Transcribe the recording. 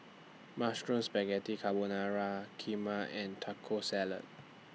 Mushroom Spaghetti Carbonara Kheema and Taco Salad